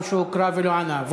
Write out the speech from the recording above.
או שהוקרא ולא ענה?